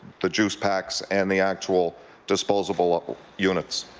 the juice packs and the actual disposable units.